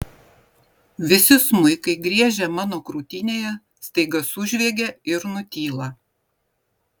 visi smuikai griežę mano krūtinėje staiga sužviegia ir nutyla